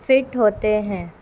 fit ہوتے ہیں